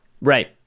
right